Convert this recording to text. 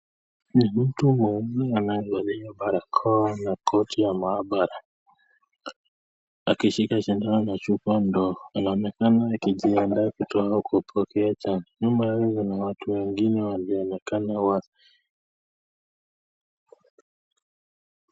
Watu wawili walio valia barakoa na koti ya maabara, akishika shindano na chupa ndogo anaonekan akaijindaa kutoa kupatina chanjo, nyuma yake kuna watu wengine wanaonekana wazi.